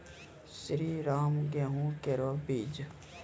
श्रीराम गेहूँ केरो बीज?